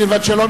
סילבן שלום,